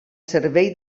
servei